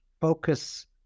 focus